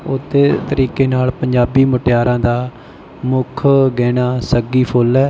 ਉੱਤੇ ਤਰੀਕੇ ਨਾਲ ਪੰਜਾਬੀ ਮੁਟਿਆਰਾਂ ਦਾ ਮੁੱਖ ਗਹਿਣਾ ਸੱਗੀ ਫ਼ੁੱਲ ਹੈ